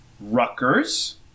Rutgers